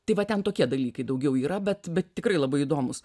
tai va ten tokie dalykai daugiau yra bet bet tikrai labai įdomūs